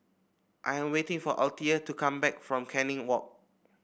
I am waiting for Althea to come back from Canning Walk